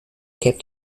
kept